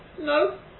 no